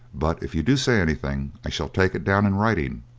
but if you do say anything i shall take it down in writing,